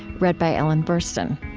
read by ellen burstyn.